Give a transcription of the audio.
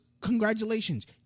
congratulations